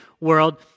world